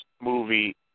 movie